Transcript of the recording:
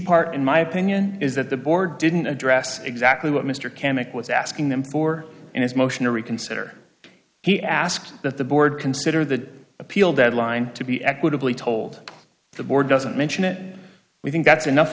part in my opinion is that the board didn't address exactly what mr camac was asking them for in his motion to reconsider he asked that the board consider the appeal deadline to be equitably told the board doesn't mention it we think that's enough